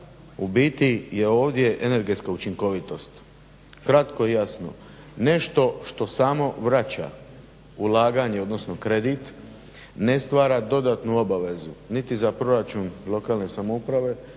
u biti je ovdje energetska učinkovitost? Kratko i jasno nešto što samo vraća ulaganje, odnosno kredit ne stvara dodatnu obavezu niti za proračun lokalne samouprave